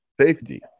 Safety